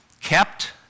kept